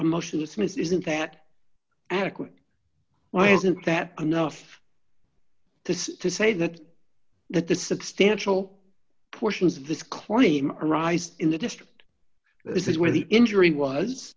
emotions miss isn't that adequate why isn't that enough to say that that the substantial portions of this claim arise in the district this is where the injury was